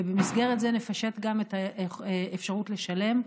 ובמסגרת זה נפשט גם את האפשרות לשלם,